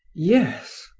yes.